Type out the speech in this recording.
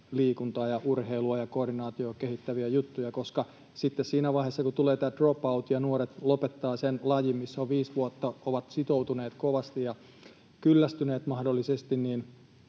liikuntaa ja urheilua ja koordinaatiota kehittäviä juttuja. Kun tulee drop out ja nuoret lopettavat sen lajin, mihin ovat viisi vuotta sitoutuneet kovasti ja kyllästyneet mahdollisesti,